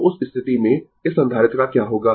तो उस स्थिति में इस संधारित्र का क्या होगा